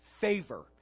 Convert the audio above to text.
favor